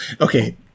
okay